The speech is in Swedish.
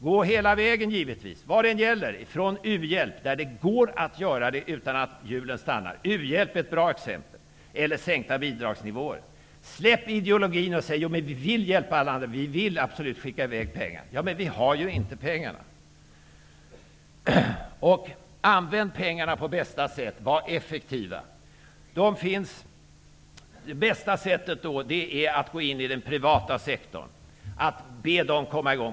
Gå hela vägen givetvis, vad det än gäller, t.ex. u-hjälpen, där det går att spara utan att hjulen stannar. U-hjälpen är ett bra exempel. Eller sänk bidragsnivåerna. Släpp ideologin och talet om att vi vill hjälpa alla andra och att vi absolut vill skicka i väg pengar. Vi har ju inte pengarna. Använd pengarna på bästa sätt, var effektiva. Det bästa sättet är att gå in i den privata sektorn och be den att komma i gång.